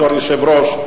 בתור יושב-ראש,